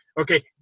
okay